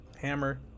Hammer